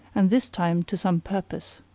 and this time to some purpose.